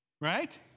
Right